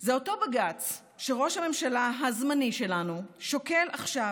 זה אותו בג"ץ שראש הממשלה הזמני שלנו שוקל עכשיו